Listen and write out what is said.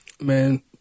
man